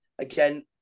again